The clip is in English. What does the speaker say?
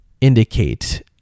Indicate